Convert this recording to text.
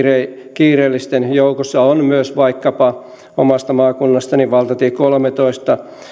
kiireellisten joukossa on myös vaikkapa omasta maakunnastani valtatie kolmentoista